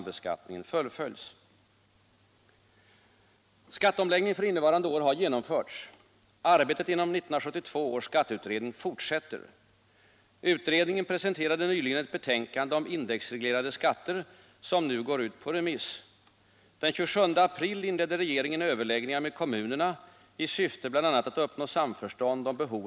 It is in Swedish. En proposition har Nr 127 lagts om skattefrihet i visst hänseende för ideella m.fl. organisationer.